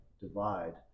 divide